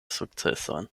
sukcesojn